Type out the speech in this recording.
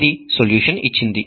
అది సొల్యూషన్ ఇచ్చింది